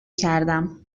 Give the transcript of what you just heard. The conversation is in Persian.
کردم